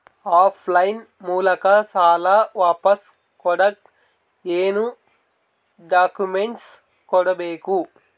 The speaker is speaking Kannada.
ಆಫ್ ಲೈನ್ ಮೂಲಕ ಸಾಲ ವಾಪಸ್ ಕೊಡಕ್ ಏನು ಡಾಕ್ಯೂಮೆಂಟ್ಸ್ ಕೊಡಬೇಕು?